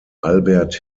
albert